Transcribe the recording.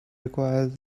requires